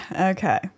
Okay